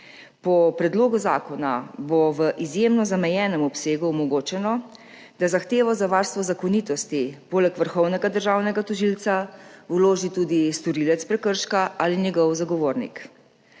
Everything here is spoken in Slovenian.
Po predlogu zakona bo v izjemno zamejenem obsegu omogočeno, da zahtevo za varstvo zakonitosti poleg vrhovnega državnega tožilca vloži tudi storilec prekrška ali njegov zagovornik.